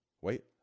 Wait